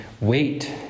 wait